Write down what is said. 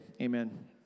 amen